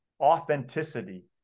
authenticity